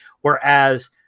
Whereas